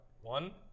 one